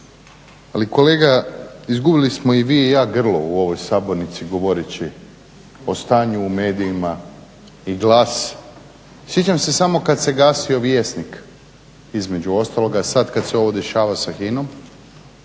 ali kolega izgubili smo i vi i ja grlo u ovoj sabornici govoreći o stanju u medijima i glas. Sjećam se samo kada se gasio Vjesnik između ostaloga, sada kada se ovo dešava sa HINA-om